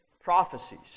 prophecies